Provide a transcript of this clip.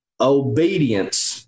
obedience